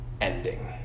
ending